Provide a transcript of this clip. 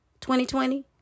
2020